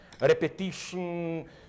repetition